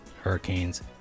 hurricanes